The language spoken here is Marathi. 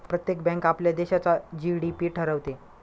प्रत्येक बँक आपल्या देशाचा जी.डी.पी ठरवते